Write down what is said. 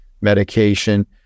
medication